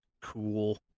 cool